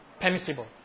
permissible